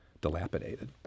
dilapidated